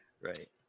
Right